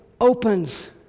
opens